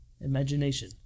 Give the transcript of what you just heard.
Imagination